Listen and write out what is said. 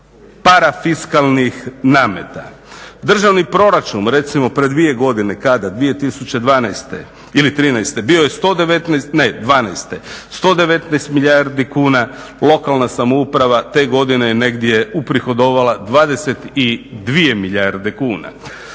parafiskalnih nameta. Državni proračun recimo pred dvije godine, kada 2012.ili 2013.bio je ne 2012. 119 milijardi kuna, lokalna samouprave te godine negdje uprihodovala 22 milijarde kuna.